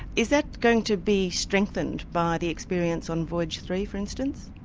is that going to be strengthened by the experience on voyage three, for instance?